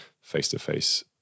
face-to-face